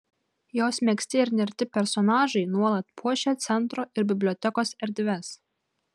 jos megzti ir nerti personažai nuolat puošia centro ir bibliotekos erdves